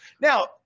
now